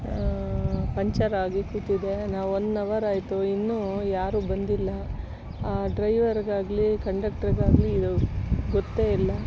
ಪಂಚರಾಗಿ ಕೂತಿದೆ ನಾವು one hour ಆಯಿತು ಇನ್ನೂ ಯಾರೂ ಬಂದಿಲ್ಲ ಆ ಡ್ರೈವರಿಗಾಗಲಿ ಕಂಡಕ್ಟ್ರಿಗಾಗಲಿ ಇದು ಗೊತ್ತೇ ಇಲ್ಲ